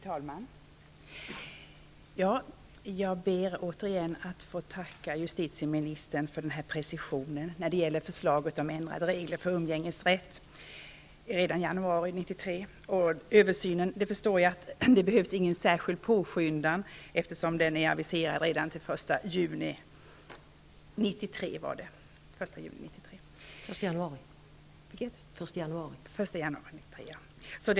Fru talman! Jag ber återigen att få tacka justitieministern för denna precisering när det gäller förslaget om ändring av reglerna för umgängesrätt redan i januari 1993. Jag förstår att det inte behövs att man särskilt skyndar på översynen eftersom den är aviserad redan till den 1 juni 1993, var det väl.